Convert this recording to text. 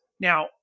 Now